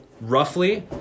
Roughly